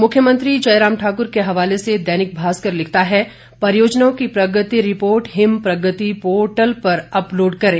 मुख्यमंत्री जयराम ठाक्र के हवाले से दैनिक भास्कर लिखता है परियोजनाओं की प्रगति रिपोर्ट हिम प्रगति पोर्ट पर अपलोड करें